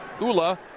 Ula